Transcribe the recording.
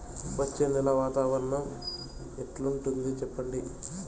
వచ్చే నెల వాతావరణం ఎట్లుంటుంది చెప్పండి?